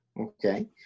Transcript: Okay